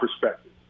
perspective